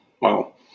Wow